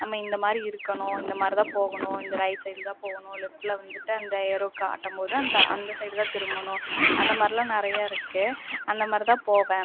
நம்ம இந்தமாதிரி இருக்கணும் இந்தமாதிரி தான் போகணும் இந்த ரைட் சைடில தான் போகணும் லெஃப்ட்ல வந்துட்டு அந்த ஏரோ காட்டும்போது அந்த அந்த சைடு தான் திரும்பணும் அந்த மாதிரிலாம் நிறையா இருக்குது அந்தமாதிரி தான் போவேன்